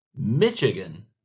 Michigan